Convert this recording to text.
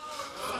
לא.